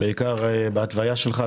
בעיקר בהתוויה שלך,